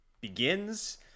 begins